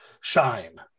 shine